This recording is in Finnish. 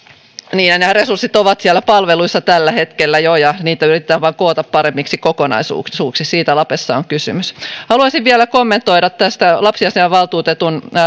niin ja nämä resurssit ovat siellä palveluissa jo tällä hetkellä ja niitä yritetään vain koota paremmiksi kokonaisuuksiksi siitä lapessa on kysymys haluaisin vielä kommentoida tästä lapsiasiainvaltuutetun